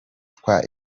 twa